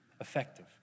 effective